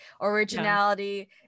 originality